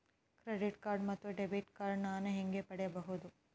Credit card ಮತ್ತು debit card ನಾನು ಹೇಗೆ ಪಡೆಯಬಹುದು?